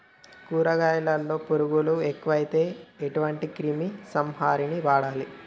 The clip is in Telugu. కూరగాయలలో పురుగులు ఎక్కువైతే ఎటువంటి క్రిమి సంహారిణి వాడాలి?